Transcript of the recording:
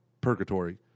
purgatory